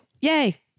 Yay